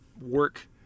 work